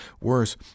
Worse